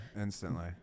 instantly